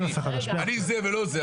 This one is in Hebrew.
אני זה ולא זה,